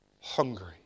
hungry